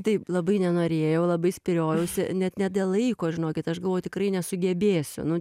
taip labai nenorėjau labai spyriojausi net ne dėl laiko žinokit aš galvoju tikrai nesugebėsiu nu